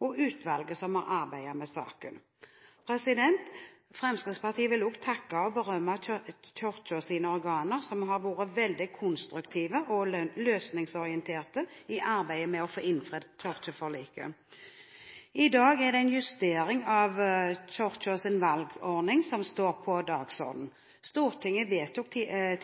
og utvalget som har arbeidet med saken. Fremskrittspartiet vil også takke og berømme Kirkens organer, som har vært veldig konstruktive og løsningsorienterte i arbeidet med å få innfridd kirkeforliket. I dag er det en justering av Kirkens valgordning som står på dagsordenen. Stortinget vedtok